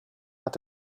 hat